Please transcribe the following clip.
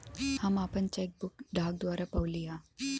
हम आपन cheque book डाक द्वारा पउली है